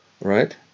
right